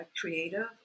creative